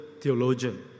theologian